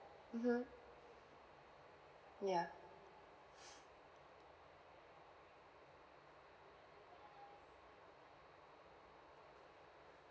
mm hmm (ya)